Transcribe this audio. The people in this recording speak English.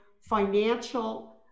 financial